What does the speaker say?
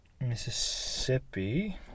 Mississippi